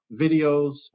videos